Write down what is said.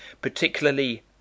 particularly